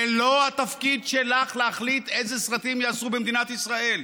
זה לא התפקיד שלך להחליט איזה סרטים ייעשו במדינת ישראל.